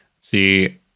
See